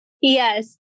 Yes